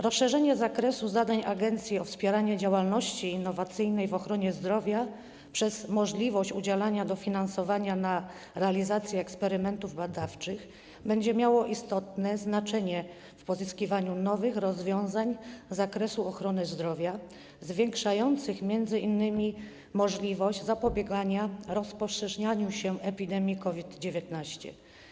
Rozszerzenie zakresu zadań agencji o wspieranie działalności innowacyjnej w ochronie zdrowia przez możliwość udzielania dofinansowania na realizację eksperymentów badawczych będzie miało istotne znaczenie w pozyskiwaniu nowych rozwiązań z zakresu ochrony zdrowia, zwiększających m.in. możliwość zapobiegania rozprzestrzenianiu się epidemii COVID-19.